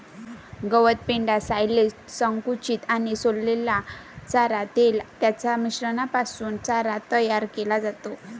गवत, पेंढा, सायलेज, संकुचित आणि सोललेला चारा, तेल यांच्या मिश्रणापासून चारा तयार केला जातो